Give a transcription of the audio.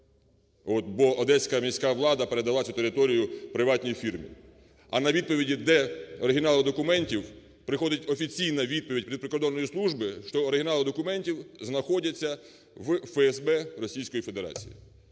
бо Одеська міська влада передала цю територію приватній фірмі. А на відповіді, де оригінали документів, приходить офіційна відповідь від Прикордонної служби, що оригінали документів знаходяться в ФСБ